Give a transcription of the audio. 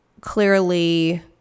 clearly